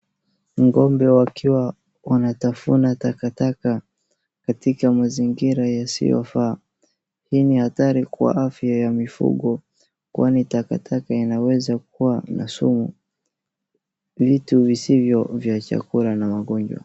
Ng'ombe wakiwa wanatafuna takataka katika mazingira yasiyofaa hii ni hatari kwa mifugo kwani takataka inaweza kuwa na sumu vitu visivyo vya chakula na magonjwa.